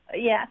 yes